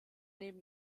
neben